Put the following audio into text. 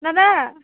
दादा